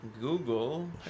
Google